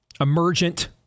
Emergent